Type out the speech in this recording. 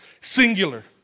singular